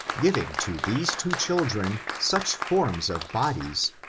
giving to these two children such forms of bodies,